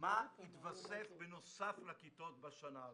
מה יתווסף בנוסף לכיתות בשנה הזו?